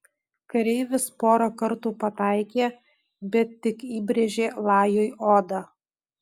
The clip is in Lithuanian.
kareivis porą kartų pataikė bet tik įbrėžė lajui odą